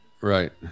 Right